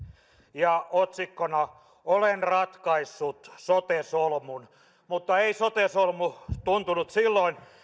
ja otsikkona olen ratkaissut sote solmun mutta ei sote solmu tuntunut silloin